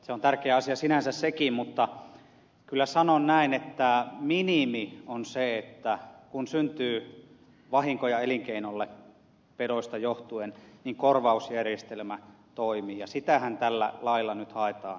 se on tärkeä asia sinänsä sekin mutta kyllä sanon näin että minimi on se että kun syntyy vahinkoja elinkeinolle pedoista johtuen niin korvausjärjestelmä toimii ja sitähän tällä lailla nyt haetaan takaa